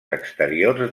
exteriors